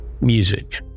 Music